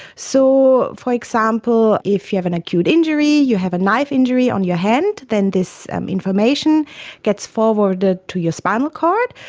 so, for example, if you have an acute injury, you have a knife injury run your hand, then this information gets forwarded to your spinal cord,